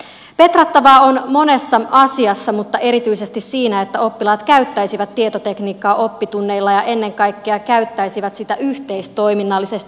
petrattavaa on monessa asiassa mutta erityisesti siinä että oppilaat käyttäisivät tietotekniikkaa oppitunneilla ja ennen kaikkea käyttäisivät sitä yhteistoiminnallisesti